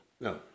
No